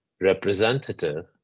representative